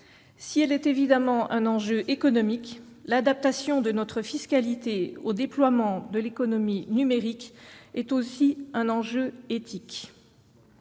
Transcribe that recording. Si elle est évidemment un enjeu économique, l'adaptation de notre fiscalité au déploiement de l'économie numérique est aussi un enjeu éthique.